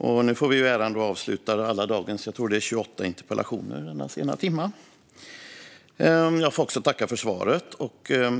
I denna sena timma får vi äran att avsluta dagens interpellationsdebatter - jag tror att det är 28 interpellationer. Jag får också tacka för svaret.